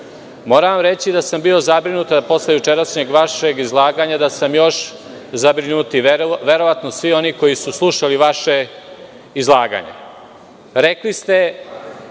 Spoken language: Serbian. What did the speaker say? vam reći da sam bio zabrinut, a posle jučerašnjeg vašeg izlaganja da sam još zabrinutiji, a verovatno i svi oni koji su slušali vaše izlaganje.